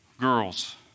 girls